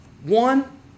one